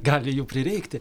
gali jų prireikti